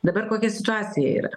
dabar kokia situacija yra